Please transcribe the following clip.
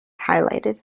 highlighted